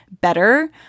better